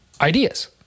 ideas